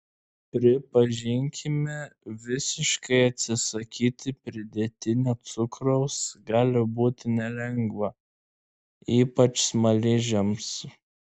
pripažinkime visiškai atsisakyti pridėtinio cukraus gali būti nelengva ypač smaližiams